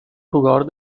jugador